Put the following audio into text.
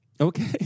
Okay